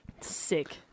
Sick